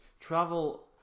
travel